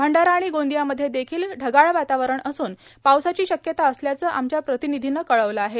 भंडारा आणि गोंदियामध्ये देखिल ढगाळ वातावरण असून पावसाची शक्यता असल्याचं आमच्या प्रतिनिधीनं कळवलं आहे